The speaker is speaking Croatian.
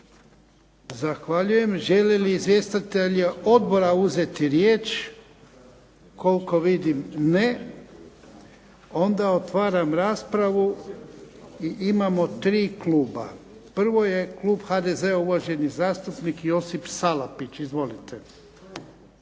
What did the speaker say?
Zahvaljujem. Žele li izvjestitelji Odbora uzeti riječ? KOLiko vidim ne. Onda otvaram raspravu i imamo tri kluba. Prvo je Klub HDZ-a uvaženi zastupnik Josip Salapić. Izvolite.